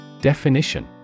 Definition